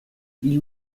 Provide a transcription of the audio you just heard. ils